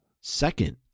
Second